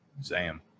Sam